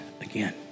again